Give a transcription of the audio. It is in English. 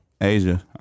Asia